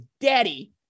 daddy